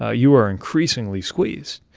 ah you are increasingly squeezed.